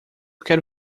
quero